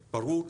ברור,